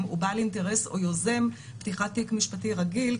הוא בעל אינטרס או יוזם פתיחת תיק משפטי רגיל,